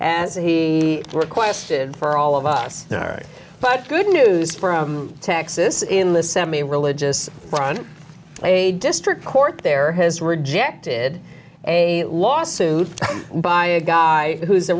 as he requested for all of us but good news for texas in the semi religious front a district court there has rejected a lawsuit by a guy who is a